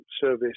service